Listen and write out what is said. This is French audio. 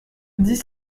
dix